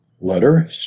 Letter